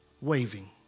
waving